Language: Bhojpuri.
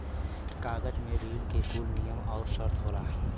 कागज मे ऋण के कुल नियम आउर सर्त होला